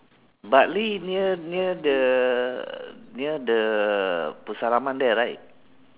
but live near near the near the pusara aman there right